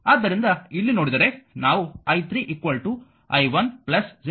ಆದ್ದರಿಂದ ಇಲ್ಲಿ ನೋಡಿದರೆ ನಾವು i3 i10